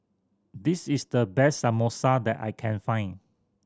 this is the best Samosa that I can find